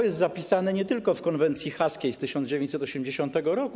Jest to zapisane nie tylko w konwencji haskiej z 1980 r.